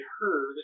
heard